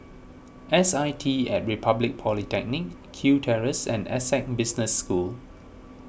S I T at Republic Polytechnic Kew Terrace and Essec Business School